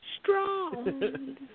strong